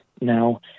Now